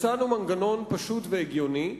הצענו מנגנון פשוט והגיוני,